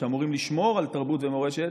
שאמורים לשמור על תרבות ומורשת